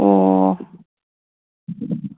ꯑꯣ